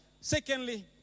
Secondly